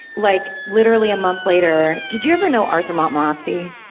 like literally a month later. did you ever know arthur montmorency?